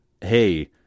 hey